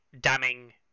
damning